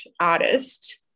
artist